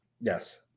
Yes